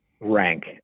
rank